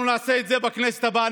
אנחנו נעשה את זה בכנסת הבאה,